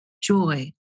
joy